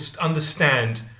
understand